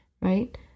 Right